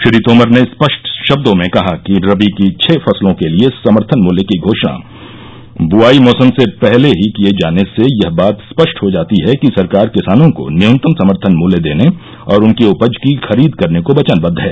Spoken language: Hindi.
श्री तोमर ने स्पष्ट शब्दों में कहा कि रबी की छह फसलों के लिए समर्थन मूल्य की घोषणा बुआई मौसम से पहले ही किए जाने से यह बात स्पष्ट हो जाती है कि सरकार किसानों को न्यूनतम समर्थन मूल्य देने और उनकी उपज की खरीद करने को वचनबद्ध है